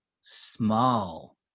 small